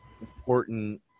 important